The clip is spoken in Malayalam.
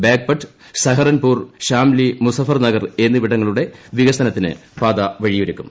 ബാഗ്പട്ട് സഹറൻപൂർ ഷാംലി മുസഫർ നഗർ എന്നിവിടങ്ങളുടെ വികസനത്തിന് പാത വഴിയൊരുക്കും